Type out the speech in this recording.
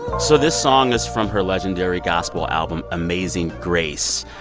so this song is from her legendary gospel album amazing grace.